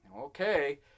Okay